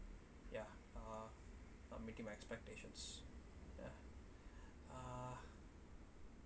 ya uh not meeting my expectations ya uh